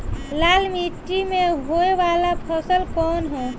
लाल मीट्टी में होए वाला फसल कउन ह?